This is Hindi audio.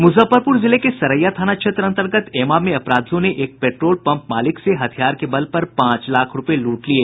मुजफ्फरपुर जिले के सरैया थाना क्षेत्र अंतर्गत ऐमा में अपराधियों ने एक पेट्रोल पंप मालिक से हथियार के बल पर पांच लाख रूपये लूट लिये